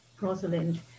Rosalind